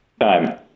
Time